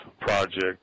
project